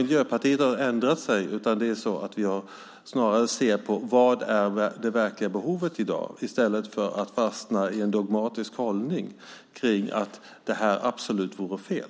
Miljöpartiet har inte ändrat sig, utan vi ser snarare på vad som är det verkliga behovet i dag i stället för att fastna i en dogmatisk hållning kring att detta absolut vore fel.